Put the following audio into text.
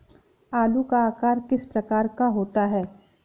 आलू का आकार किस प्रकार का होता है?